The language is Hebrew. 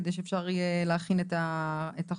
כדי שאפשר יהיה להכין את החוק.